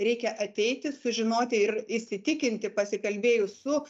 reikia ateiti sužinoti ir įsitikinti pasikalbėjus su